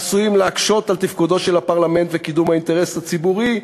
עשויים להקשות על תפקודו של הפרלמנט וקידום האינטרס הציבורי".